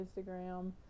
Instagram